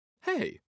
Hey